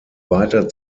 weiter